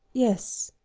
yes,